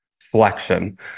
flexion